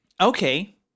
Okay